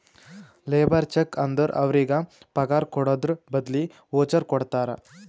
labour check ಅಂದುರ್ ಅವ್ರಿಗ ಪಗಾರ್ ಕೊಡದ್ರ್ ಬದ್ಲಿ ವೋಚರ್ ಕೊಡ್ತಾರ